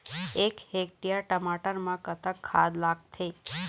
एक हेक्टेयर टमाटर म कतक खाद लागथे?